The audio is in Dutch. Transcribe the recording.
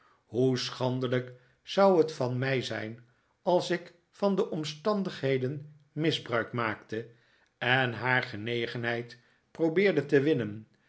hoe schandelijk zou het van mij zijn als ik van de omstandigheden misbruik maakte en haar genegenheid probeerde te winnen